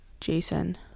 Jason